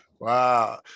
Wow